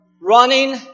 running